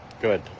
Good